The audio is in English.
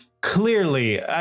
Clearly